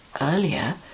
Earlier